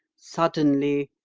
suddenly.